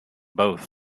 both